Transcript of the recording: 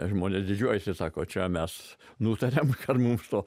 žmonės didžiuojasi sako čia mes nutarėm kad mūsų